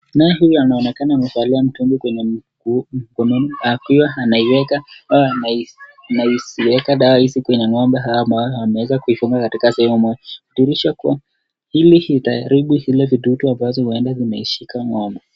Naye huyu anaonekana amevalia mtungi kwenye mgongo na anaziweka dawa hizi kwenye ng'ombe hawa ambao ameweze kuzifunga katika sehemu moja .Dawa hii itaharibu zile vidudu ambazo zimeweza kushika ng'ombe.